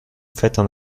faites